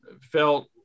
felt